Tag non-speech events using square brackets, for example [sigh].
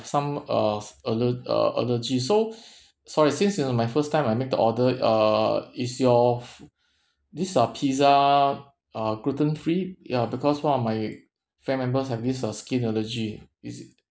some uh s~ aller~ uh allergy so [breath] sorry since you know my first time I make the order uh is your foo~ [breath] this uh pizza uh gluten free ya because one of my family members have this uh skin allergy is it